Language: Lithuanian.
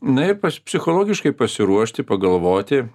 na ir pas psichologiškai pasiruošti pagalvoti